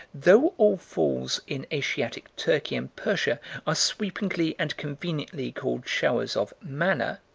though all falls in asiatic turkey and persia are sweepingly and conveniently called showers of manna,